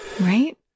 Right